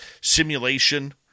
simulation